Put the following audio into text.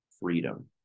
freedom